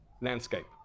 landscape